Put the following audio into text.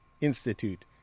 Institute